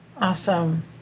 Awesome